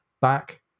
back